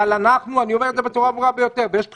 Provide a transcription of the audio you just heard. אבל אני אומר את זה בצורה הברורה ביותר ויש בחירות.